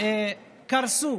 קרסו